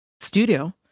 studio